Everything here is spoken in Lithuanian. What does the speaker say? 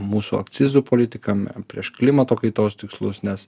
mūsų akcizų politiką prieš klimato kaitos tikslus nes